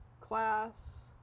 class